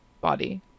body